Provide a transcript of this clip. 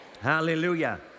Hallelujah